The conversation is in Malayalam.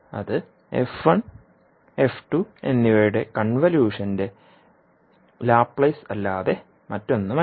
അത് f1f2 എന്നിവയുടെ കൺവല്യൂഷന്റെ ലാപ്ലേസ് അല്ലാതെ മറ്റൊന്നുമല്ല